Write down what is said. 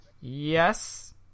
Yes